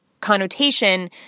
connotation